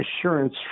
assurance